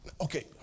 Okay